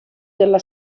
della